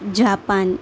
Japan